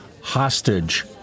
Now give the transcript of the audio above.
hostage